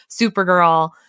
Supergirl